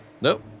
Nope